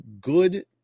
good